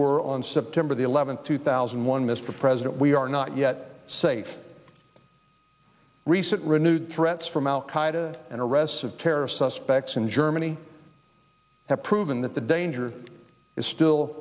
were on september the eleventh two thousand and one mr president we are not yet safe recent renewed threats from al qaeda and arrests of terrorist suspects in germany have proven that the danger is still